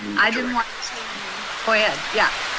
i didn't wanna say her name, but go ahead, yeah.